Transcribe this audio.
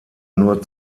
nur